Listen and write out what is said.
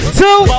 two